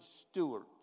stewards